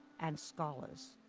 and scholars.